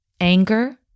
anger